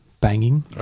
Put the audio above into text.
banging